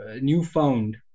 newfound